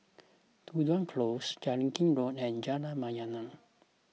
Tudor Close Jellicoe Road and Jalan Mayaanam